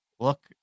Look